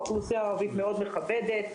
האוכלוסייה הערבית מאוד מכבדת,